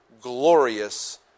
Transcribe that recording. glorious